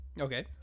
Okay